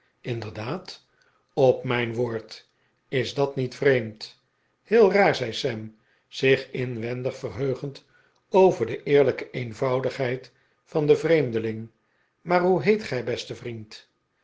inderdaad op mijn woord is dat niet vreemd heel raar zei sam zich inwendig verheugend over de eerlijke eenvoudigheid van den vreemdeling maar hoe heet gij beste vriend